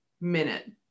minute